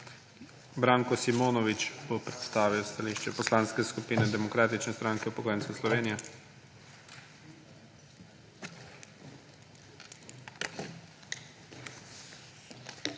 Branko Simonovič bo predstavil stališče Poslanske skupine Demokratične stranke upokojencev Slovenije.